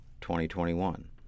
2021